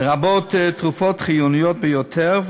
לרבות תרופות חיוניות ביותר,